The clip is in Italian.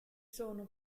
sono